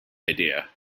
idea